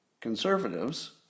conservatives